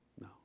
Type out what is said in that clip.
No